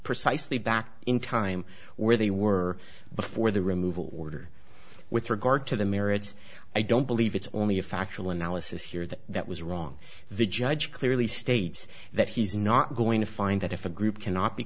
precisely back in time where they were before the removal order with regard to the merits i don't believe it's only a factual analysis here that that was wrong the judge clearly states that he's not going to find that if a group cannot be